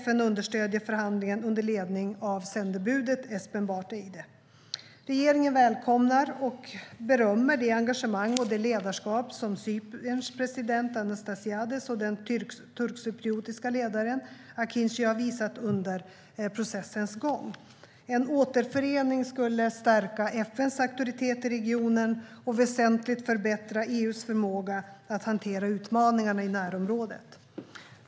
FN understöder förhandlingen under ledning av sändebudet Espen Barth Eide. Regeringen välkomnar och berömmer det engagemang och det ledarskap som Cyperns president Anastasiades och den turkcypriotiska ledaren Akıncı visat under processens gång. En återförening skulle stärka FN:s auktoritet i regionen och väsentligt förbättra EU:s förmåga att hantera utmaningarna i närområdet.